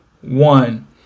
one